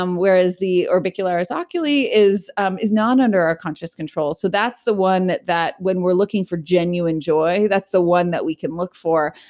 um whereas the orbicularis oculi is um is not under our conscious control. so that's the one that, when we're looking for genuine joy, that's the one that we can look for.